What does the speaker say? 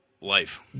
life